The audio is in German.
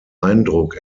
eindruck